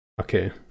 Okay